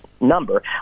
number